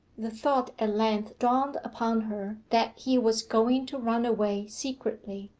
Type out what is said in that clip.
the thought at length dawned upon her that he was going to run away secretly.